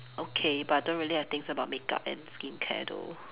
okay but I don't really have things about makeup and skincare though